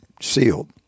sealed